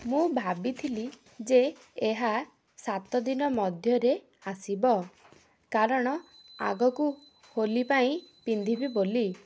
ମୁଁ ଭାବିଥିଲି ଯେ ଏହା ସାତ ଦିନ ମଧ୍ୟରେ ଆସିବ କାରଣ ଆଗକୁ ହୋଲି ପାଇଁ ପିନ୍ଧିବି ବୋଲି